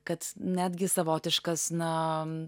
kad netgi savotiškas na